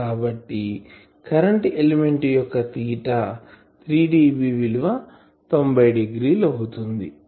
కాబట్టి current element యొక్క theta 3 dB విలువ 90 డిగ్రీలు అవుతుంది